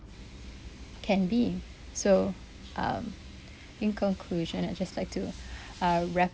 can be so um in conclusion I'd just like to uh wrap